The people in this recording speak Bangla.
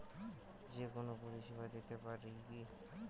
যে কোনো পরিষেবা দিতে পারি কি?